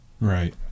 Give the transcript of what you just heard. Right